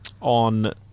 on